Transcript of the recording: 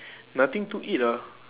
nothing to eat ah